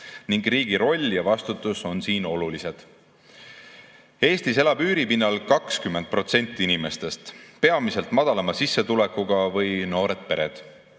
Riigi roll ja vastutus on siin olulised. Eestis elab üüripinnal 20% inimestest, peamiselt madalama sissetulekuga või noored pered.